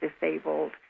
disabled